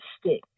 stick